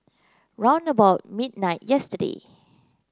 round about midnight yesterday